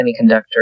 semiconductor